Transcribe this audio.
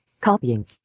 Copying